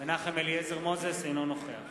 אינו נוכח